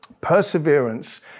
Perseverance